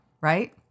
right